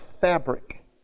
fabric